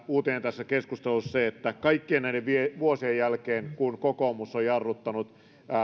uutinen tässä keskustelussa on se että kaikkien näiden vuosien jälkeen kun kokoomus on jarruttanut